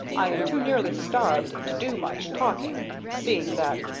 i am too nearly starved to do much talking, seeing that,